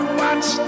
watch